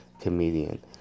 comedian